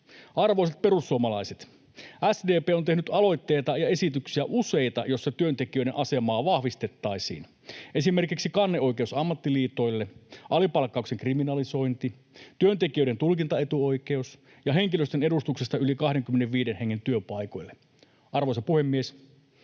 Arvoisat perussuomalaiset, SDP on tehnyt aloitteita ja esityksiä useita, joissa työntekijöiden asemaa vahvistettaisiin, esimerkiksi kanneoikeus ammattiliitoille, alipalkkauksen kriminalisointi, työntekijöiden tulkintaetuoikeus ja henkilöstön edustus yli 25 hengen työpaikoille. Arvoisa puhemies!